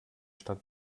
stadt